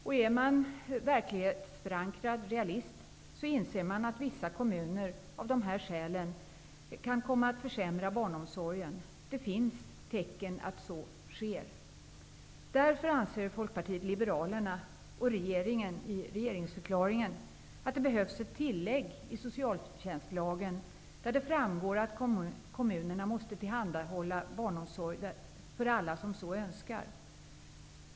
Om man är en verklighetsförankrad realist så inser man att vissa kommuner av dessa skäl kommer att försämra barnomsorgen. Det finns tecken på att så sker. Därför anser Folkpartiet liberalerna och regeringen, som det framgår av regeringsförklaringen, att det behövs ett tillägg i socialtjänstlagen där det framgår att kommunerna måste tillhandahålla barnomsorg för alla som så önskar.